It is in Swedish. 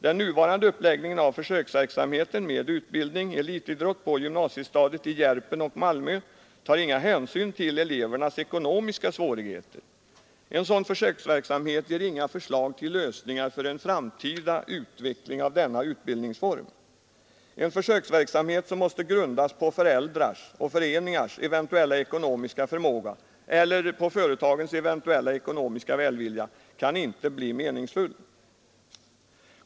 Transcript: Den nuvarande uppläggningen av försöksverksamheten med utbildning-elitidrott på gymnasiestadiet i Järpen och i Malmö tar inga hänsyn till elevernas ekonomiska svårigheter. En sådan försöksverksamhet ger inga förslag till lösningar för en framtida utveckling av denna utbildningsform. En försöksverksamhet som måste grundas på föräldrars och föreningars ekonomiska förmåga eller på företagens eventuella ekonomiska välvilja kan inte bli meningsfull.